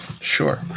Sure